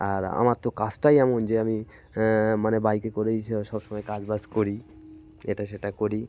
আর আমার তো কাজটাই এমন যে আমি মানে বাইকে করেই স সব সময় কাজ বাজ করি এটা সেটা করি